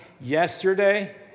yesterday